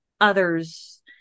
others